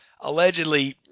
allegedly